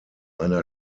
einer